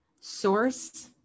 source